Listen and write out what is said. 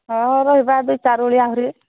ହଁ ରହିବା ଦୁଇ ଚାରି ଓଳି ଆହୁରି